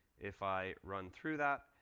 if i run through that,